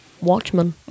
Watchmen